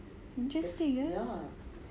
interesting ya